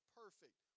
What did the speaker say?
perfect